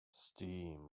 steam